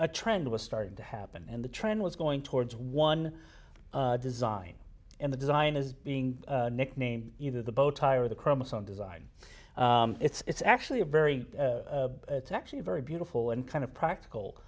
a trend was starting to happen and the trend was going towards one design and the design is being nicknamed either the bow tie or the chromosome design it's actually a very it's actually a very beautiful and kind of practical